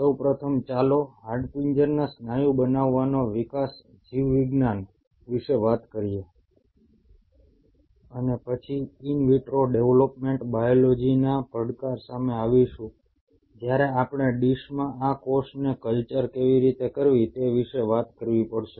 સૌ પ્રથમ ચાલો હાડપિંજરના સ્નાયુ બનાવવાના વિકાસ જીવવિજ્ઞાન વિશે વાત કરીએ અને પછી ઈન વિટ્રો ડેવલપમેન્ટ બાયોલોજીના પડકાર સામે આવીશું જ્યારે આપણે ડીશમાં આ કોષોને કલ્ચર કેવી રીતે કરવી તે વિશે વાત કરવી પડશે